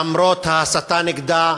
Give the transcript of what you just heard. למרות ההסתה נגדה,